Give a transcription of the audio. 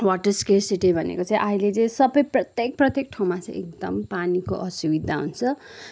water scarcity भनेको चाहिँ अहिले चाहिँ सबै प्रत्येक प्रत्येक ठाउँमा चाहिँ एकदम पानीको असुविधा हुन्छ